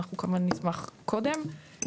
אנחנו כמובן נשמח קודם,